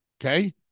okay